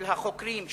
של החוקרים,